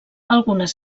algunes